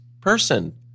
person